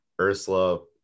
Ursula